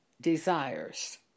desires